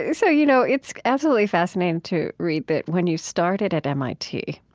you so you know, it's absolutely fascinating to read that when you started at mit,